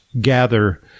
gather